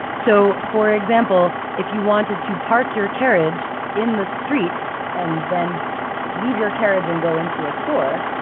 so, for example, if you wanted to park your carriage in the street and then leave your carriage and go into a store,